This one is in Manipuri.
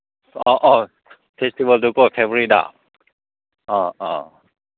ꯑꯧ ꯑꯧ ꯐꯦꯁꯇꯤꯚꯦꯜꯗꯨꯀꯣ ꯐꯦꯕ꯭ꯋꯥꯔꯤꯗ ꯑ ꯑ